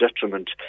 detriment